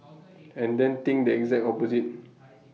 and then think the exact opposite